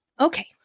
Okay